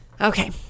Okay